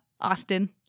Austin